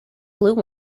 blue